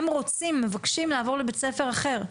הם מבקשים לעבור לבית ספר אחר.